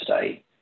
today